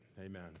Amen